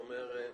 אתה אומר.